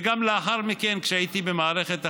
וגם לאחר מכן, כשהייתי במערכת החינוך,